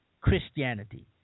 Christianity